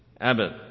Abbott